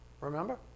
Remember